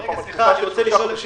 אז אין מקור תקציבי.